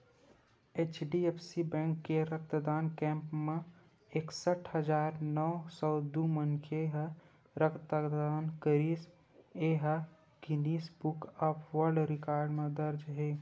HDFC bank के रक्तदान camp म एकसट हजार नव सौ दू मनखे ह रक्तदान करिस ए ह Guinness Book of World Record म दर्ज हे